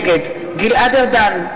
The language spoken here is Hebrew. גלעד ארדן,